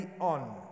on